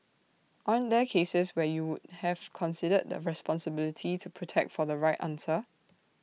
aren't there cases where you would have considered the responsibility to protect for the right answer